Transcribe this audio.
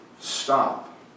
stop